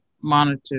monitor